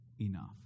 enough